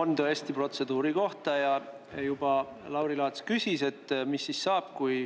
On tõesti protseduuri kohta. Lauri Laats juba küsis, et mis siis saab, kui